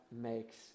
makes